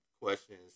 questions